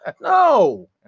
no